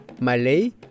Malay